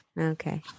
Okay